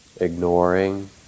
ignoring